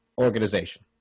organization